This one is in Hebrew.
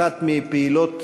אחת הפעילות